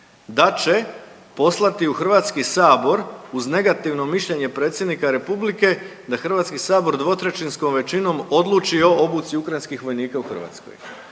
da će poslati u HS uz negativno mišljenje predsjednika republike da HS dvotrećinskom većinom odluči o obuci ukrajinskih vojnika u Hrvatskoj.